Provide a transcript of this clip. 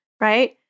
right